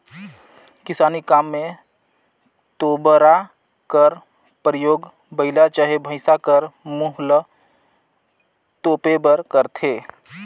किसानी काम मे तोबरा कर परियोग बइला चहे भइसा कर मुंह ल तोपे बर करथे